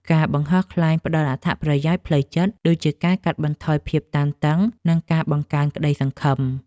ការបង្ហោះខ្លែងផ្ដល់អត្ថប្រយោជន៍ផ្លូវចិត្ត ដូចជាការកាត់បន្ថយភាពតានតឹង និងការបង្កើនក្តីសង្ឃឹម។